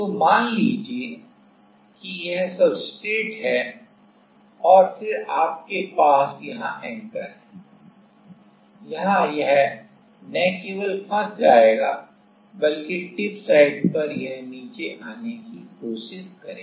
तो मान लीजिए कि यह सब्सट्रेट है और फिर आपके पास यहां एंकर है यहां यह न केवल फंस जाएगा बल्कि टिप साइट पर यह नीचे आने की कोशिश करेगा